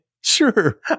Sure